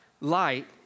Light